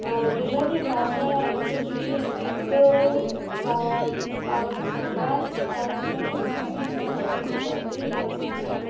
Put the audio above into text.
આ ગુજરાતી ભાષા એમ તો જોઈએ તો ગુજરાત ગુજરાતી ભાષા એમ તો ખૂબ અઘરી ભાષા છે